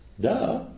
Duh